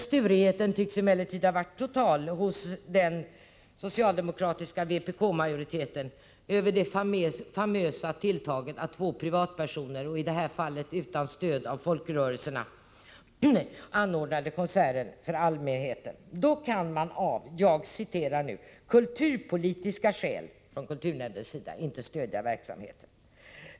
Sturigheten tycks emellertid ha varit total hos s-vpk-majoriteten över det famösa tilltaget att två privatpersoner — och i det här fallet utan stöd av folkrörelserna — anordnade konserter för allmänheten. Kulturnämnden kunde av ”kulturpolitiska skäl” inte stödja verksamheten.